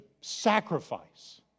sacrifice